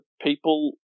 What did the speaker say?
people